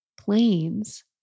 planes